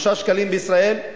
5 שקלים בישראל,